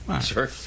Sure